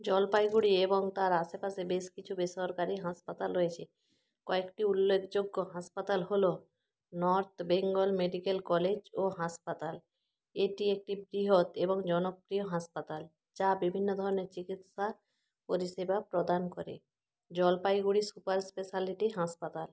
জলপাইগুড়ি এবং তার আশেপাশে বেশ কিছু বেসরকারি হাসপাতাল রয়েছে কয়েকটি উল্লেখযোগ্য হাসপাতাল হল নর্থ বেঙ্গল মেডিকেল কলেজ ও হাসপাতাল এটি একটি বৃহৎ এবং জনপ্রিয় হাসপাতাল যা বিভিন্ন ধরনের চিকিৎসা পরিষেবা প্রদান করে জলপাইগুড়ি সুপার স্পেশালিটি হাসপাতাল